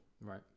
Right